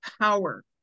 Power